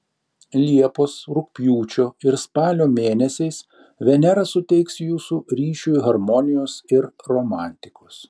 liepos rugpjūčio ir spalio mėnesiais venera suteiks jūsų ryšiui harmonijos ir romantikos